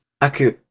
Aku